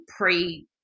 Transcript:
pre